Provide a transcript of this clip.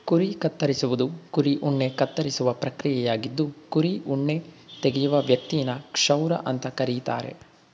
ಕುರಿ ಕತ್ತರಿಸುವುದು ಕುರಿ ಉಣ್ಣೆ ಕತ್ತರಿಸುವ ಪ್ರಕ್ರಿಯೆಯಾಗಿದ್ದು ಕುರಿ ಉಣ್ಣೆ ತೆಗೆಯುವ ವ್ಯಕ್ತಿನ ಕ್ಷೌರ ಅಂತ ಕರೀತಾರೆ